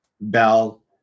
bell